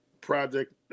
Project